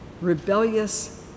rebellious